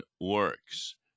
works